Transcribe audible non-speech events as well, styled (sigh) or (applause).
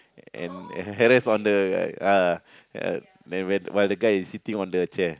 and (laughs) that's on the uh uh then while while the guy is sitting on the chair